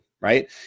right